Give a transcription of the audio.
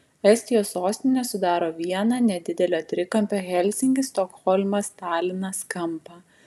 estijos sostinė sudaro vieną nedidelio trikampio helsinkis stokholmas talinas kampą